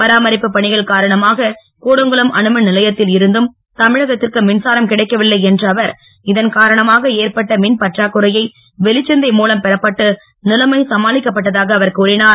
பராமரிப்பு பணிகள் காரணமாக கூடங்குளம் அணுமின் நிலையத்தில் இருந்தும் தமிழகத்திற்கு மின்சாரம் கிடைக்கவில்லை என்ற அவர் இதன் காரணமாக ஏற்பட்ட மின் பற்றாக்குறையை வெளிச்சந்தை பெறப்பட்டு சமாளிக்கப்பட்டதாக அவர் கூறிஞர்